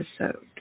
episode